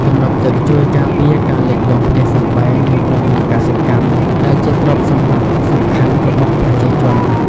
ទំនប់ទឹកជួយការពារការលិចលង់ផ្ទះសម្បែង និងដំណាំកសិកម្ម ដែលជាទ្រព្យសម្បត្តិសំខាន់របស់ប្រជាជន។